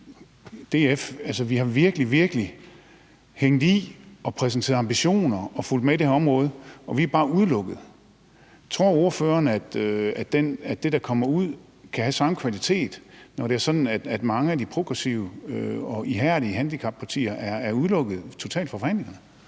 vigtig hængt i og præsenteret ambitioner og fulgt med i det her område, og vi er bare udelukket. Tror ordføreren, at det, der kommer ud af det, kan have den samme kvalitet, når det er sådan, at mange af de progressive og ihærdige handicappartier totalt er udelukket fra forhandlingerne?